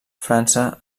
frança